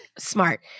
smart